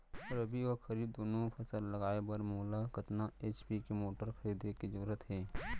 रबि व खरीफ दुनो फसल लगाए बर मोला कतना एच.पी के मोटर खरीदे के जरूरत हे?